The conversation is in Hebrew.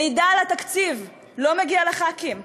מידע על התקציב לא מגיע לחברי הכנסת.